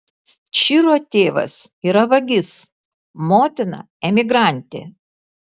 čiro tėvas yra vagis motina emigrantė